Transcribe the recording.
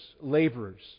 laborers